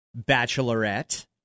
Bachelorette